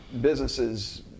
businesses